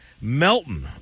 Melton